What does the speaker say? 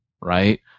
right